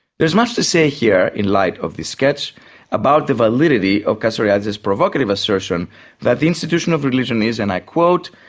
there's much to say here in light of this sketch about the validity of castoriadis's provocative assertion that the institution of religion is, and i quote,